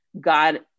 God